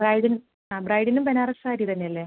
ബ്രൈഡിനും ആ ബ്രൈഡിനും ബനാറസ് സാരി തന്നെ അല്ലേ